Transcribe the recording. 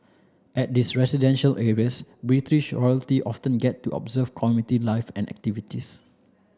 at these residential areas British royalty often get to observe community life and activities